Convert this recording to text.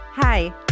Hi